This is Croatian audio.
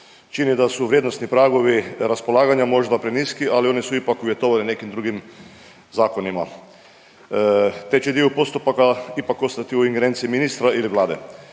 čini da su vrijednosni pragovi raspolaganja možda preniski, ali oni su ipak uvjetovani nekim drugim zakonima te će dio postupaka ipak ostati u ingerenciji ministra ili Vlade.